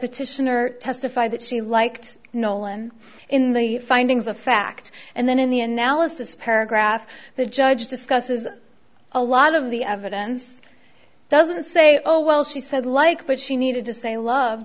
petitioner testified that she liked nolan in the findings of fact and then in the analysis paragraph the judge discusses a lot of the evidence doesn't say oh well she said like but she needed to say loved